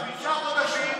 חמישה חודשים,